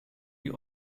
die